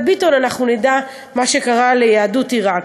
ביטון אנחנו נדע מה שקרה ליהדות עיראק.